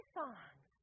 songs